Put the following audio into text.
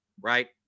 right